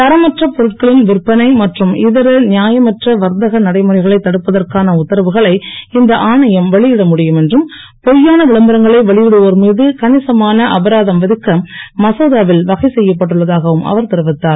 தரமற்ற பொருட்களின் விற்பனை மற்றும் இதர நியாயமற்ற வர்த்தக நடைமுறைகளை தடுப்பதற்கான உத்தரவுகளை இந்த ஆணையம் வெளியிட முடியும் என்றும் பொய்யான விளம்பரங்களை வெளியிடுவோர் மீது கணிசமான அபராதம் விதிக்க மசோதாவில் வகை செய்யப்பட்டுள்ளதாகவும் அவர் தெரிவித்தார்